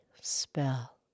spell